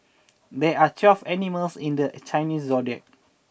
there are twelve animals in the Chinese zodiac